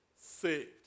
saved